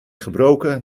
gebroken